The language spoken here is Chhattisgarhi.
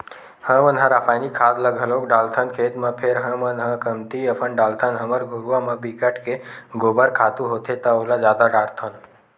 हमन ह रायसायनिक खाद ल घलोक डालथन खेत म फेर हमन ह कमती असन डालथन हमर घुरूवा म बिकट के गोबर खातू होथे त ओला जादा डारथन